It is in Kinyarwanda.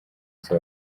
isi